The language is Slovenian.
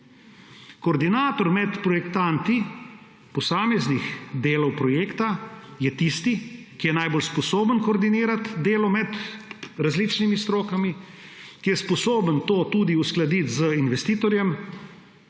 Koordinator med projektanti posameznih delov projekta je tisti, ki je najbolj sposoben koordinirati delo med različnimi strokami, ki je sposoben to tudi uskladiti z investitorjem